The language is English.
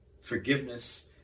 forgiveness